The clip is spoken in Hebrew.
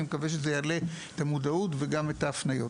אני מקווה שזה יעלה את המודעות וגם את ההפניות.